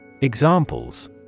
Examples